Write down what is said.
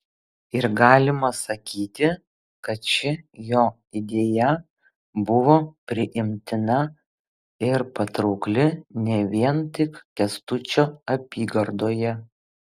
ir galima sakyti kad ši jo idėja buvo priimtina ir patraukli ne vien tik kęstučio apygardoje